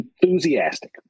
enthusiastic